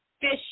fish